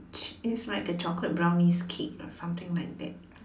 it's like a chocolate brownies cake or something like that